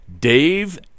Dave